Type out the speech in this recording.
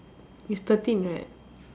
it's thirteen right